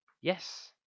Yes